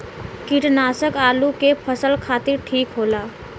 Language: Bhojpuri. कीटनाशक आलू के फसल खातिर ठीक होला